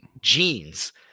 jeans